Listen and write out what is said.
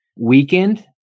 weekend